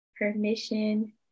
permission